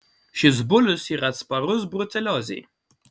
šis bulius yra atsparus bruceliozei